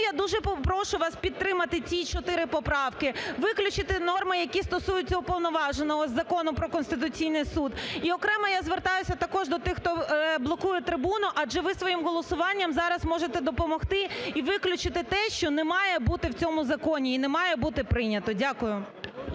я дуже прошу вас підтримати ці чотири поправки, виключити норми, які стосуються Уповноваженого з Закону про Конституційний Суд. І окремо я звертаюсь також до тих хто блокує трибуну, адже ви своїм голосуванням зараз можете допомогти і виключити те, що не має бути в цьому законі і не має бути прийнято. Дякую.